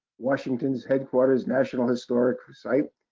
washington's headquarters national historic site.